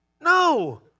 No